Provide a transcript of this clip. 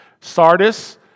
Sardis